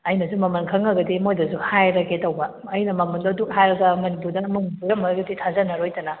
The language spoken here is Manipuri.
ꯑꯩꯅꯁꯨ ꯃꯃꯜ ꯈꯪꯉꯒꯗꯤ ꯃꯣꯏꯗꯁꯨ ꯍꯥꯏꯔꯒꯦ ꯇꯧꯕ ꯑꯩꯅ ꯃꯃꯜꯗꯣ ꯑꯗꯨꯛ ꯍꯥꯏꯔꯒ ꯃꯅꯤꯄꯨꯔꯗꯅ ꯑꯃꯃꯨꯛ ꯄꯤꯔꯝꯃꯒꯗꯤ ꯊꯥꯖꯅꯔꯣꯏꯗꯅ